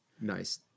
nice